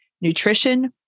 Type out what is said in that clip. nutrition